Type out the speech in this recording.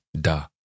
Da